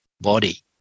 body